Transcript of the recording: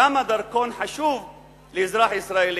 כמה חשוב דרכון לאזרח ישראל,